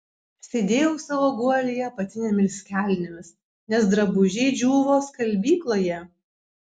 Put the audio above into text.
sėdėjau savo guolyje apatinėmis kelnėmis nes drabužiai džiūvo skalbykloje